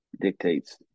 dictates